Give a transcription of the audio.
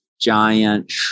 Giant